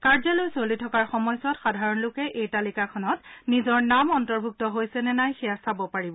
কাৰ্যালয় চলি থকাৰ সময়ছোৱাত সাধাৰণ লোকে এই তালিকাখনত নিজৰ নাম অন্তৰ্ভূক্ত হৈছে নে নাই সেয়া চাব পাৰিব